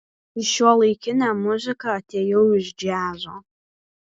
į šiuolaikinę muziką atėjau iš džiazo